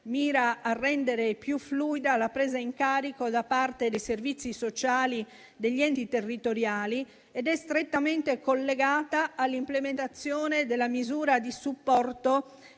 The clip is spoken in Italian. mira a rendere più fluida la presa in carico da parte dei servizi sociali degli enti territoriali ed è strettamente collegata all'implementazione della misura di supporto